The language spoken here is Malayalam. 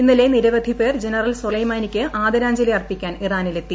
ഇന്നലെ നിരവധി പേർ ജനറൽ സൊലൈമാനിക്ക് ആദരാഞ്ജലി അർപ്പിക്കാൻ ഇറാനിലെത്തി